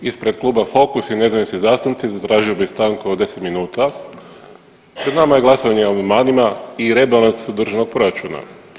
Ispred kluba Fokus i nezavisni zastupnici zatražio bi stanku od 10 minuta, pred nama je glasovanje o amandmanima i rebalansu državnog proračuna.